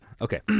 Okay